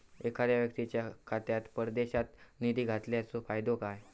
एखादो व्यक्तीच्या खात्यात परदेशात निधी घालन्याचो फायदो काय?